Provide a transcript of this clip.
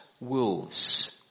wolves